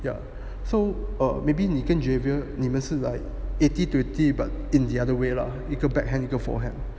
ya so err maybe 你跟 javier 你们是 like eighty twenty but in the other way lah 一个 backhand 一个 forehand